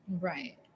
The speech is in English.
Right